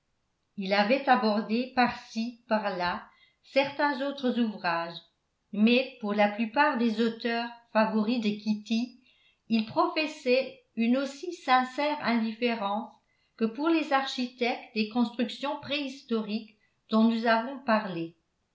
il avait abordé par-ci par-là certains autres ouvrages mais pour la plupart des auteurs favoris de kitty il professait une aussi sincère indifférence que pour les architectes des constructions préhistoriques dont nous avons parlé